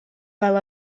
fel